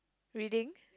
reading